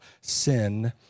sin